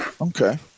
Okay